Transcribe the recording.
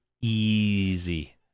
easy